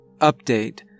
update